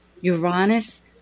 Uranus